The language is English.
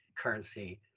currency